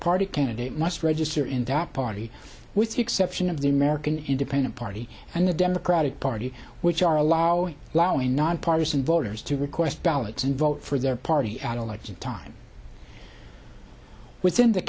party candidate must register in that party with the exception of the american independent party and the democratic party which are allowing louay nonpartisan voters to request ballots and vote for their party at election time within th